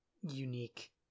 unique